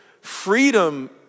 Freedom